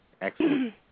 Excellent